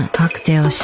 cocktail